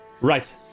Right